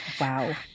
Wow